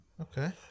Okay